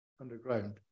underground